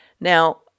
Now